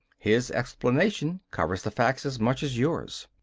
his explanation covers the facts as much as yours.